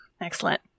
Excellent